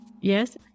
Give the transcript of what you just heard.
Yes